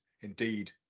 indeed